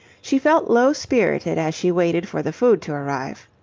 she felt low-spirited as she waited for the food to arrive.